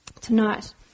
tonight